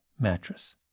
Mattress